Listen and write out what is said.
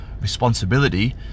responsibility